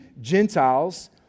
Gentiles